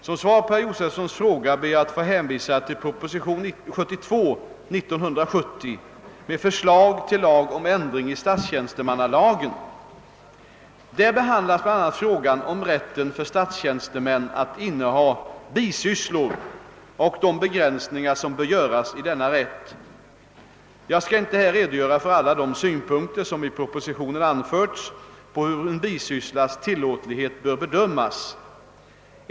Som svar på herr Josefsons fråga ber jag att få hänvisa till prop. 1970: 72 med förslag till lag om ändring i statstjänstemannalagen m.m. Där behandlas bl.a. frågan om rätten för statstjänstemän att inneha bisysslor och de begränsningar som bör göras i denna rätt. Jag skall inte här redogöra för alla de synpunkter som i propositionen anförs på hur en bisysslas till låtlighet bör bedömas.